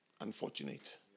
unfortunate